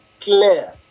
clear